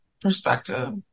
perspective